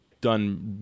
done